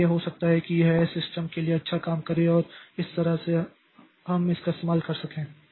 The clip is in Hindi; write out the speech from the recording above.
इसलिए हो सकता है कि यह सिस्टम के लिए अच्छा काम करे और इस तरह से हम इसका इस्तेमाल कर सकें